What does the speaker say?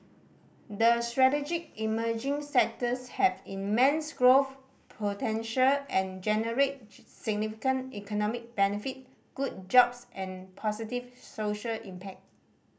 the strategic emerging sectors have immense growth potential and generate significant economic benefit good jobs and positive social impact